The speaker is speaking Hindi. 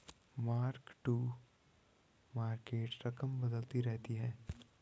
मार्क टू मार्केट रकम बदलती रहती है